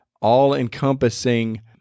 all-encompassing